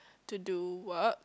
to do work